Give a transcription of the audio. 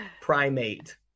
Primate